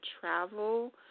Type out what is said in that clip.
travel